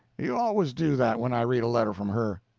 you always do that when i read a letter from her.